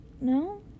No